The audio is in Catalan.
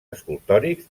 escultòrics